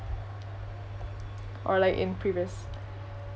or like in previous